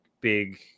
big